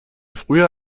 früher